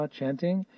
chanting